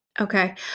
Okay